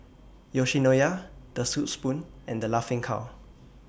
Yoshinoya The Soup Spoon and The Laughing Cow